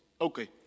okay